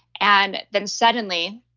and then suddenly,